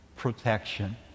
protection